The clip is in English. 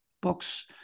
books